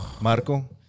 Marco